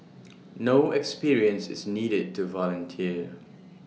no experience is needed to volunteer